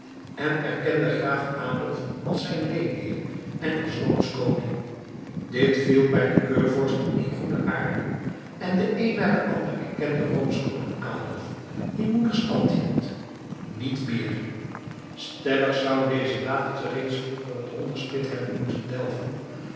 en erkende graaf adolf als zijn leenheer en als roomsch koning dit viel bij de keurvorsten in goede aarde en de een na den ander erkende roomsch koning adolf die moedig stand hield niet meer stellig zou deze laatste reeds vroeger het onderspit hebben moeten delven